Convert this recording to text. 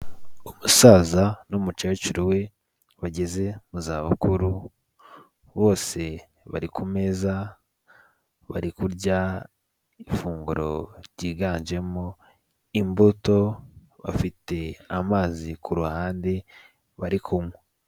Umusaza n'umukecuru we bageze mu zabukuru bose bari ku meza bari kurya ifunguro ryiganjemo imbuto, bafite amazi ku ruhande bari kunywa.